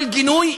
כל גינוי,